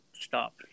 stop